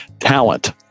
talent